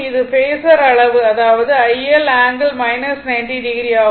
இது பேஸர் அளவு அதாவது iL∠ 90o ஆகும்